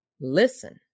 listen